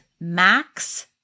Max